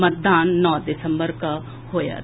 मतदान नओ दिसम्बर के होयत